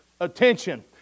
attention